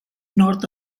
north